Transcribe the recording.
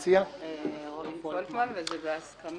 פולקמן וזה בהסכמה.